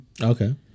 okay